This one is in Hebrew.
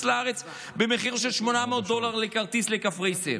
לארץ במחיר של 800 דולר לכרטיס לקפריסין,